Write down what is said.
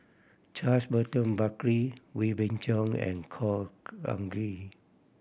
Charles Burton Buckley Wee Beng Chong and Khor Ean Ghee